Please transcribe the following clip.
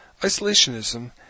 isolationism